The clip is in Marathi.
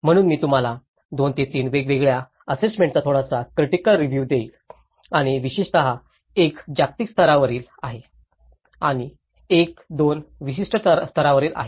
म्हणून मी तुम्हाला 2 ते 3 वेगवेगळ्या असेसमेंटचा थोडासा क्रिटिकल रिव्हिव देईन आणि विशेषत एक जागतिक स्तरावरील आहे आणि एक दोन विशिष्ट स्तरावरील आहेत